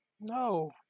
No